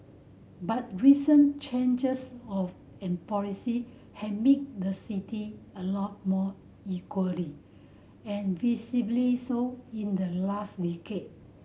but recent changes of in policy have made the city a lot more equally and visibly so in the last decade